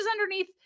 underneath